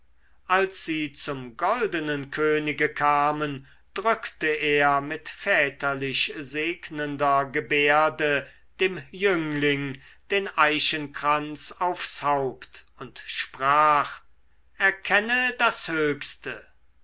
als sie zum goldenen könige kamen drückte er mit väterlich segnender gebärde dem jüngling den eichenkranz aufs haupt und sprach erkenne das höchste